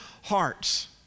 hearts